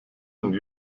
und